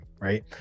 right